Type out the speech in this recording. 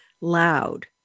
loud